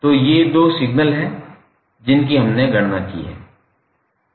तो ये दो सिग्नल हैं जिनकी हमने गणना की है